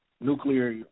nuclear